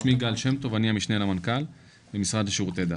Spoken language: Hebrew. שמי גל שם-טוב, המשנה למנכ"ל במשרד לשירותי דת.